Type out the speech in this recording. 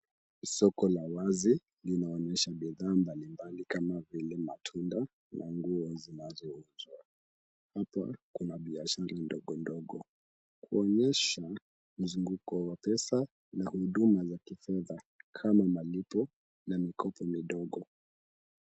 Soko la wazi, linaonyesha bidhaa mbalimbali kama vile matunda na nguo zinazouzwa. Hapa kuna biashara ndogondogo kuonyesha mzunguko wa pesa na huduma la kifedha kama malipo na mikopo midogo.